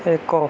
ଏକ